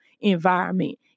environment